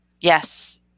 Yes